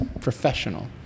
professional